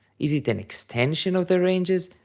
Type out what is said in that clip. is it an extension of the ranges?